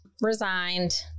resigned